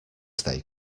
they